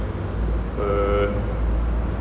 uh